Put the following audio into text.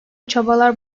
çabalar